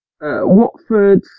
Watford